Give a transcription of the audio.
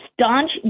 staunch